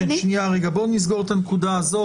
בואו נסגור את הנקודה הזאת.